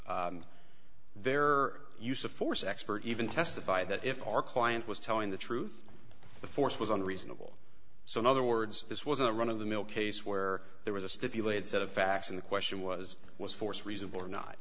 their use of force expert even testified that if our client was telling the truth the force was unreasonable so in other words this was a run of the mill case where there was a stipulated set of facts and the question was was force reasonable or not